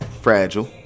fragile